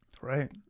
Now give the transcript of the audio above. Right